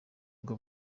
bwo